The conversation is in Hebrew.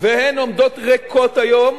והן עומדות ריקות היום,